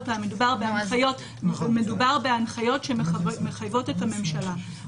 מדובר בהנחיות שמחייבות את הממשלה.